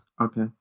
Okay